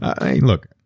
Look